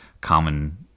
common